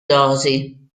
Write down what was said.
dosi